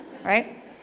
right